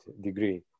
degree